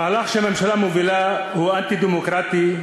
המהלך שהממשלה מובילה הוא אנטי-דמוקרטי.